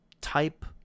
type